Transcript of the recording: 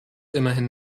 immerhin